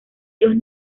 dios